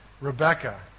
Rebecca